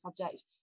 subject